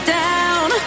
down